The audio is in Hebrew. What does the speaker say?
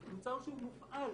זה מוצר שהוא מופעל.